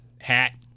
hat